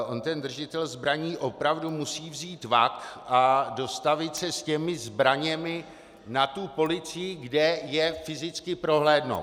On ten držitel zbraní opravdu musí vzít vak a dostavit se s těmi zbraněmi na policii, kde je fyzicky prohlédnou.